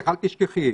אל תשכחי.